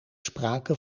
sprake